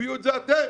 תביאו את זה אתם,